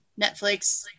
Netflix